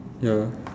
ya